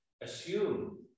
assume